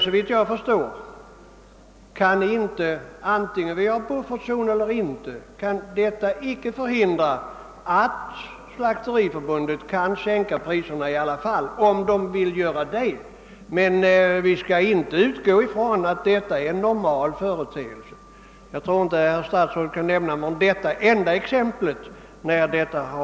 Såvitt jag förstår kan vi inte, vare sig det föreligger en överproduktion eller inte, förhindra att Slakteriförbundet sänker priserna om förbundet vill göra det. Men vi skall inte utgå ifrån att detta är en normal företeelse. Jag tror inte att statsrådet kan nämna något ytterligare exempel därpå.